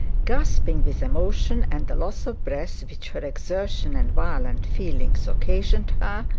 gasping with emotion and the loss of breath, which her exertion and violent feelings occasioned her,